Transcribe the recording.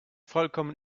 vollkommen